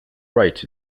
rights